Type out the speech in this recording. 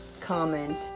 comment